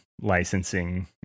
licensing